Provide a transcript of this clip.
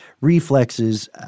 reflexes